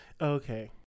Okay